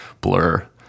Blur